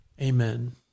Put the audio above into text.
Amen